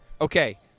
Okay